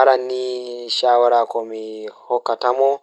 Aranni shawara mi hokkatamo